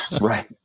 right